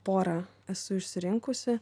porą esu išsirinkusi